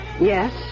Yes